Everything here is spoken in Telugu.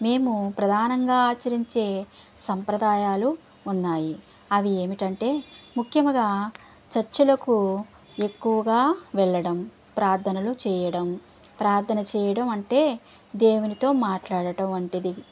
మేము ప్రధానంగా ఆచరించే సంప్రదాయాలు ఉన్నాయి అవి ఏమిటంటే ముఖ్యముగా చర్చిలకు ఎక్కువగా వెళ్ళడం ప్రార్ధనలు చెయ్యడం ప్రార్థన చెయ్యడం అంటే దేవునితో మాట్లాడటం వంటిది